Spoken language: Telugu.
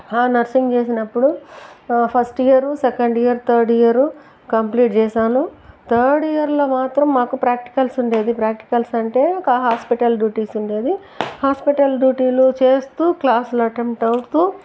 ఆ నర్సింగ్ చేసినప్పుడు first year second year third year complete చేసాను థర్డ్ ఇయర్లో మాత్రం మాకు ప్రాక్టికల్స్ ఉండేది ప్రాక్టికల్స్ అంటే ఒక హాస్పిటల్ డ్యూటీస్ ఉండేవి హాస్పిటల్ డ్యూటీలు చేస్తూ క్లాసులు అట్టెండ్ అవుతూ